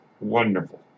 wonderful